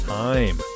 time